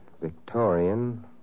Victorian